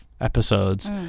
episodes